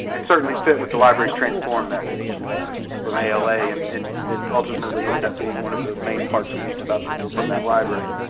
it certainly fit with the libraries transform message from ala, and and it ultimately ended up being one of the main parts we used from that library.